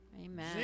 Amen